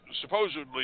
supposedly